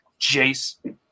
Jace